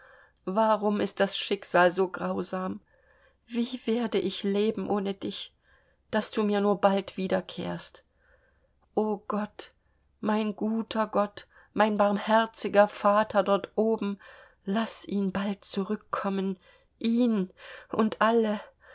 warum ist das schicksal so grausam wie werde ich leben ohne dich daß du mir nur bald wiederkehrst o gott mein guter gott mein barmherziger vater dort oben laß ihn bald zurückkommen ihn und alle